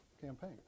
campaign